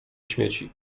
śmieci